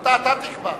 אתה תקבע.